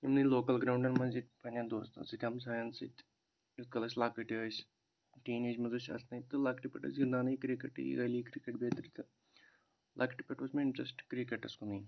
یِمنٕے لوکَل گَرٛاونٛڈَن منٛز ییٚتہِ پنہٕ نٮ۪ن دوستَس سٍتۍ ہَمسایَن سٍتۍ یِتھس کالَس أسۍ لۅکٕٹۍ ٲسۍ ٹیٖن ایج منٛز ٲسۍ اَژنےَ تہٕ لۅکٕٹۍ پٲٹھۍ ٲسۍ گِنٛدانٕے کِرکٹٕے گٔلی کِرکٹ بیترِ تہٕ لۅکٹہِ پٮ۪ٹھ اوس مےٚ انٹرٛسٹ کِرکٹَس کُنٕے